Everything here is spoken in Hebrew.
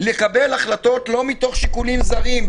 לקבל החלטות לא מתוך שיקולים זרים,